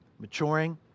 maturing